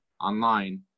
online